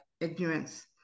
ignorance